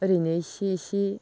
ओरैनो इसे इसे